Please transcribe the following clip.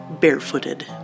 barefooted